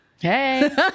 hey